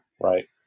Right